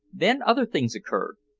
then other things occurred.